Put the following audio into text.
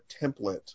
template